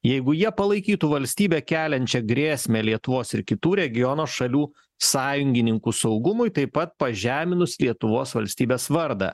jeigu jie palaikytų valstybę keliančia grėsmę lietuvos ir kitų regiono šalių sąjungininkų saugumui taip pat pažeminus lietuvos valstybės vardą